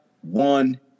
one